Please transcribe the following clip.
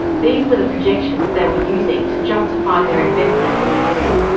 these were the projections they were using to justify their investments in the grid.